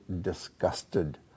disgusted